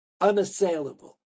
Unassailable